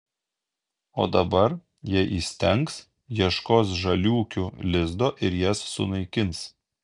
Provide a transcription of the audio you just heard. o dabar jei įstengs ieškos žaliūkių lizdo ir jas sunaikins